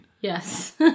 Yes